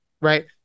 right